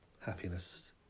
happiness